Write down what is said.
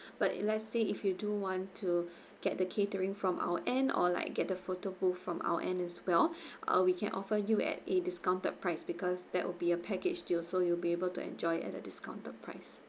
but it let's say if you do want to get the catering from our end or like get the photo booth from our end as well uh we can offer you at a discounted price because that would be a package deal so you'll be able to enjoy at a discounted price